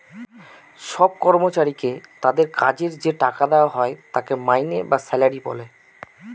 সব কর্মচারীকে তাদের কাজের যে টাকা দেওয়া হয় তাকে মাইনে বা স্যালারি বলে